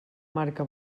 marca